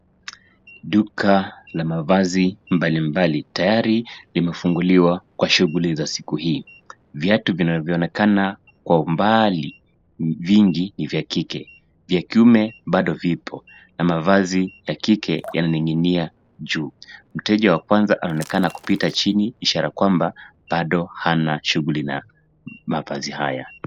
Duka la mavazi mbalimbali tayari limefunguliwa kwa shughuli za siku hii. viatu vinavyoonekana kwa umbali vingi ni vya kike na vya kiume bado vipo. mavazi yakike yananing'inia juu mteja wa kwanza anaonekana kupita chini ishara ya kwamba bado hana shughuli na mavazi haya.